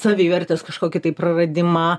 savivertės kažkokį praradimą